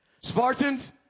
Spartans